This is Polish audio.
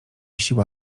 siła